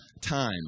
time